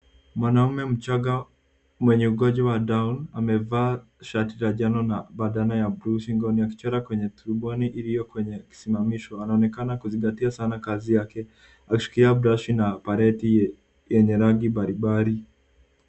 Mwanaume mchaga mwenye ugonjwa wa down, amevaa shati la njano na bandana ya buluu shingoni akichora kwenye tumboni iliyo kwenye kusimamishwa. Anaonekana kuzingatia sana kazi yake, akishikilia brashi na pareti yenye rangi mbalimbali.